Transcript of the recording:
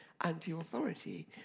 anti-authority